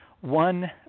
one